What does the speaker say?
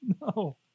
no